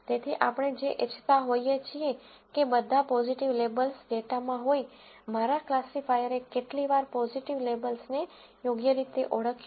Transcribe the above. તેથી આપણે જે ઇચ્છતા હોઈએ છીએ કે બધા પોઝીટિવ લેબલ્સ ડેટામાં હોય મારા ક્લાસિફાયરએ કેટલી વાર પોઝીટિવ લેબલ્સને યોગ્ય રીતે ઓળખ્યું